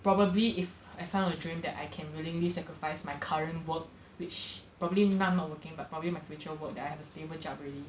probably if I found a dream that I can willingly sacrifice my current work which probably none not working but probably my future work that I have a stable job really